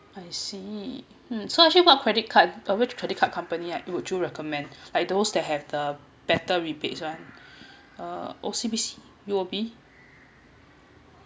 I see mm so actually what credit card or which credit card company you would you recommend by those that have better better rebates [one] uh O_C_B_C U_O_B